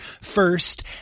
first